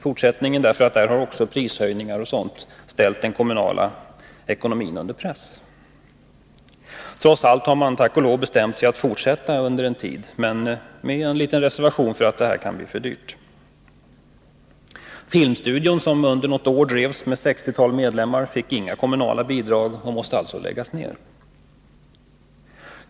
Prishöjningar och annat har nämligen ställt den kommunala ekonomin under press. Trots allt har kommunen, tack och lov, bestämt sig för att fortsätta under en tid, men med en liten reservation för att det kan bli för dyrt. Filmstudion, som under något år drevs med ett sextiotal medlemmar, fick inga kommunala bidrag och måste läggas ner.